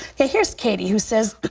here's katie who says,